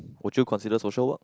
would you consider social work